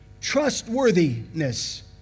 trustworthiness